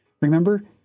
Remember